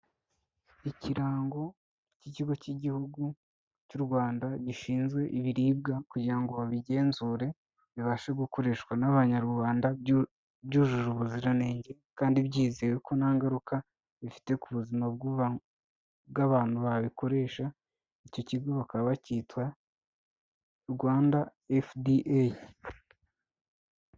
Ikirango cy'ikigo cy'igihugu cy'u Rwanda gishinzwe ibiribwa kugira ngo babigenzure, bibashe gukoreshwa n'abanyarwanda byujuje ubuziranenge, kandi byizewe ko nta ngaruka bifite ku buzima bw'abantu babikoresha, icyo kigo bakaba bakitwa Rwanda FDA.